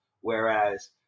whereas